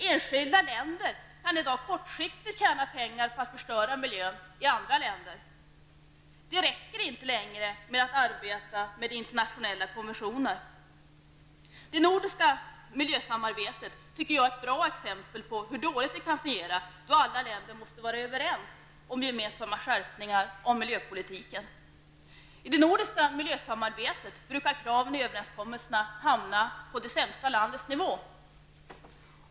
Enskilda länder kan i dag kortsiktigt tjäna pengar på att förstöra miljön i andra länder. Det räcker inte längre med att arbeta med internationella konventioner. Det nordiska miljösamarbetet tycker jag är ett bra exempel på hur dåligt det kan fungera, då alla länder måste vara överens om gemensamma skärpningar av miljöpolitiken. I det nordiska miljösamarbetet brukar kraven i överenskommelserna hamna på det sämsta landets nivå.